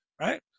right